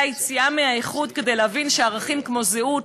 היציאה מהאיחוד כדי להבין שערכים כמו זהות,